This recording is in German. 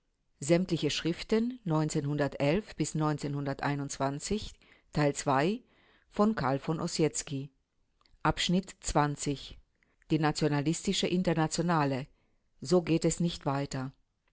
schriften volk die nationalistische internationale so geht es nicht weiter